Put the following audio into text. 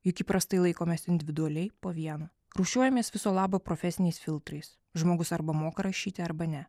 juk įprastai laikomės individualiai po vieną rūšiuojamės viso labo profesiniais filtrais žmogus arba moka rašyti arba ne